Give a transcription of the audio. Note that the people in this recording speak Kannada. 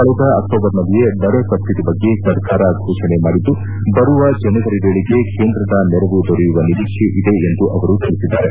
ಕಳೆದ ಅಕ್ಷೋಬರ್ನಲ್ಲಿಯೇ ಬರ ಪರಿಸ್ಥಿತಿ ಬಗ್ಗೆ ಸರ್ಕಾರ ಘೋಷಣೆ ಮಾಡಿದ್ದು ಬರುವ ಜನವರಿ ವೇಳೆಗೆ ಕೇಂದ್ರದ ನೆರವು ದೊರೆಯುವ ನಿರೀಕ್ಷೆ ಇದೆ ಎಂದು ಅವರು ತಿಳಿಸಿದ್ದಾರೆ